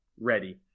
ready